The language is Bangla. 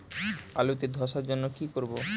আলুতে ধসার জন্য কি করব?